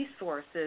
resources